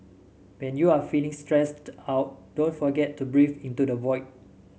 when you are feeling stressed out don't forget to breathe into the void